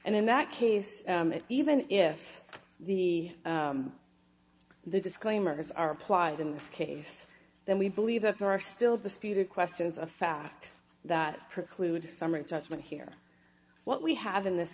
and in that case even if the the disclaimers are applied in this case then we believe that there are still disputed questions of fact that preclude a summary judgment here what we have in this